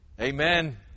Amen